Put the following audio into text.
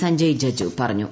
സഞ്ജയ് ജജു പറഞ്ഞു